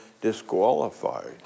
disqualified